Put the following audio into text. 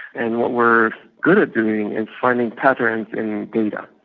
and what we're good at doing is finding patterns data,